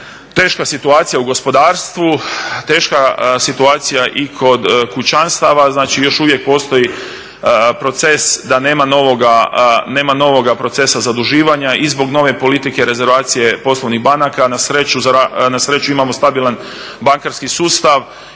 teška situacija u gospodarstvu, teška situacija i kod kućanstava. Znači, još uvijek postoji proces da nema novoga procesa zaduživanja i zbog nove politike rezervacije poslovnih banaka na sreću imamo stabilan bankarski sustav